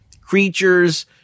creatures